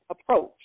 approach